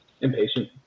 impatient